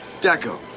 Deco